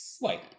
Wait